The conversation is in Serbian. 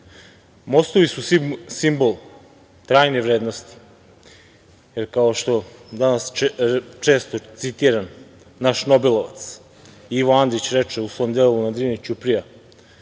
BiH.Mostovi su simbol trajne vrednosti, kao što je danas često citirano, naš Nobelovac Ivo Andrić reče u svom delu „ Na Drini ćuprija“,